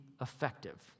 effective